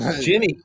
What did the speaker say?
Jimmy